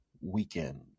weekend